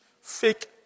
fake